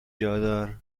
جادار